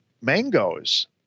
mangoes